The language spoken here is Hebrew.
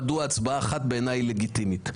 מדוע הצבעה אחת בעיניי היא לגיטימית.